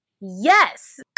yes